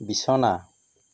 বিছনা